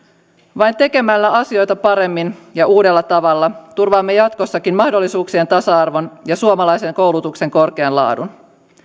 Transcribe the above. vain tekemällä asioita paremmin ja uudella tavalla turvaamme jatkossakin mahdollisuuksien tasa arvon ja suomalaisen koulutuksen korkean laadun